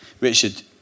Richard